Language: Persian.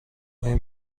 آیا